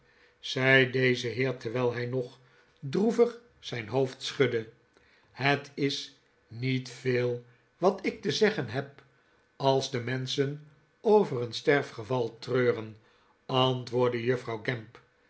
zei deze heer terwijl hij nog droevig zijn hoofd schudde het is niet veel wat ik te zeggen heb r als de menschen over een sterfgeval treuren antwoordde juffrouw gamp